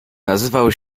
nazywał